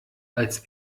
als